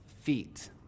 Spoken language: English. feet